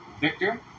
Victor